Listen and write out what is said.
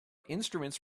instruments